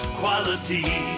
quality